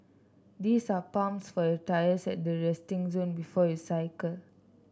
these are pumps for your tyres at the resting zone before you cycle